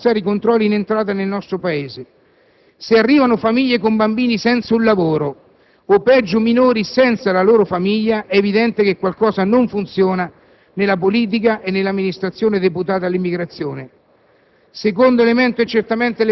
Per cominciare, è necessario rafforzare i controlli in entrata nel nostro Paese. Se arrivano famiglie senza un lavoro con bambini o, peggio, minori senza la loro famiglia, è evidente che qualcosa non funziona nella politica e nell'amministrazione deputata all'immigrazione.